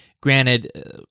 granted